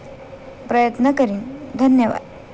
प्रयत्न करेन धन्यवाद